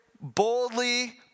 boldly